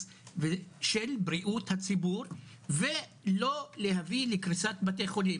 של בריאות הציבור ולא להביא לקריסת בתי חולים.